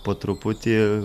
po truputį